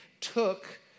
took